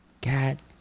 God